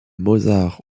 mozart